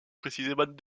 précisément